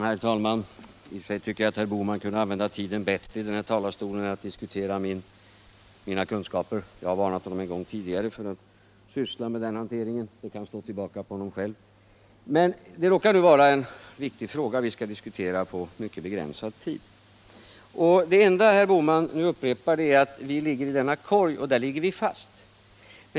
Herr talman! I och för sig tycker jag att herr Bohman borde kunna använda tiden bättre i denna talarstol än till att diskutera mina kunskaper. Jag har redan en gång tidigare varnat honom för att syssla med den hanteringen — det kan slå tillbaka på honom själv! Men det råkar nu vara en viktig fråga, som vi skall diskutera på en mycket begränsad tid. Det enda herr Bohman upprepar är att vår valuta ligger i denna korg och att den ligger fast där.